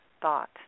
thought